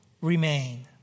remain